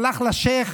הלך לשייח'.